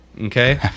Okay